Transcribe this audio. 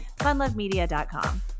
Funlovemedia.com